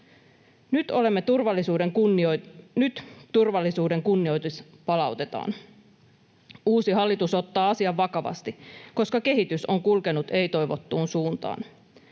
Nyt turvallisuuden kunnioitus palautetaan. Uusi hallitus ottaa asian vakavasti, koska kehitys on kulkenut ei-toivottuun suuntaan.